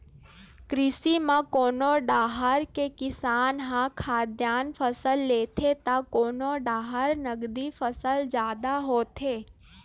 कृषि म कोनो डाहर के किसान ह खाद्यान फसल लेथे त कोनो डाहर नगदी फसल जादा होथे